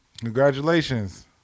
Congratulations